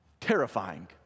Terrifying